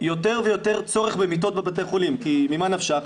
יותר ויותר צורך במיטות בבתי חולים, כי ממה נפשך?